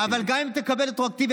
אבל גם אם תקבל רטרואקטיבית,